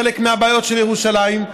חלק מהבעיות של ירושלים,